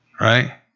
Right